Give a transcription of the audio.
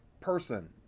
person